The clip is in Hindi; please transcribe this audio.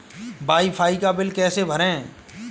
वाई फाई का बिल कैसे भरें?